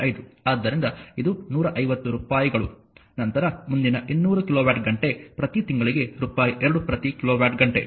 5 ಆದ್ದರಿಂದ ಇದು 150 ರೂಪಾಯಿಗಳು ನಂತರ ಮುಂದಿನ 200 ಕಿಲೋವ್ಯಾಟ್ ಘಂಟೆ ಪ್ರತಿ ತಿಂಗಳಿಗೆ ರೂಪಾಯಿ 2 ಪ್ರತಿ ಕಿಲೋವ್ಯಾಟ್ ಘಂಟೆ